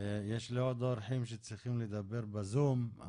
יש לי עוד אורחים שצריכים לדבר בזום,